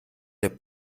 der